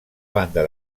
banda